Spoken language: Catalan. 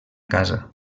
casa